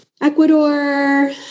Ecuador